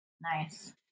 Nice